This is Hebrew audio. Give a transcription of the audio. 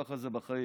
ככה זה בחיים.